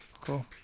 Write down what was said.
Cool